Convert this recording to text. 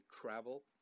travel